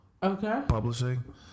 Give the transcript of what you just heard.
Publishing